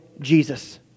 Jesus